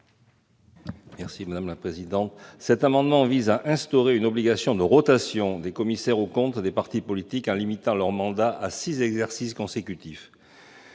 Grand. Le présent amendement vise à instaurer une obligation de rotation des commissaires aux comptes des partis politiques, en limitant leur mandat à six exercices consécutifs.